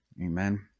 Amen